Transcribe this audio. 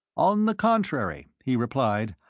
on the contrary, he replied,